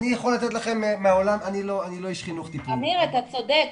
אני לא איש חינוך או טיפול --- אמיר אתה צודק.